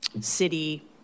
city